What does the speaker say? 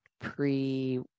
pre